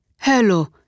hello